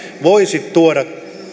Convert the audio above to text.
voisi tuoda